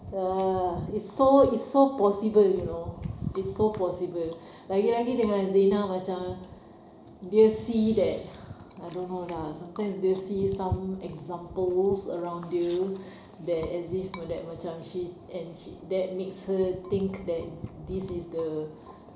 ah it's so it's so possible you know it's so possible lagi lagi dengan zina macam dia see that I don't know lah sometimes they'll see some examples around the that as if macam she and she that makes her think that this is the